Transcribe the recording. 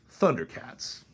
Thundercats